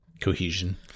cohesion